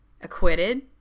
acquitted